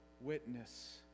witness